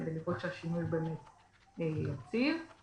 כדי לראות שהשינוי באמת יציב.